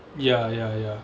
ya ya ya